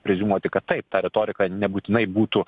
preziumuoti kad taip ta retorika nebūtinai būtų